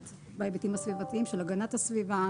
בהיבטים הסביבתיים של הגנת הסביבה,